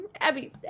Abby